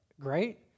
great